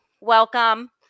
Welcome